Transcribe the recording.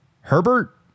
Herbert